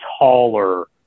taller